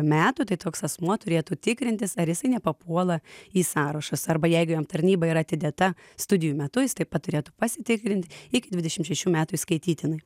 metų tai toks asmuo turėtų tikrintis ar jisai nepapuola į sąrašus arba jeigu jam tarnyba yra atidėta studijų metu jis taip pat turėtų pasitikrinti iki dvidešimt šešių metų įskaitytinai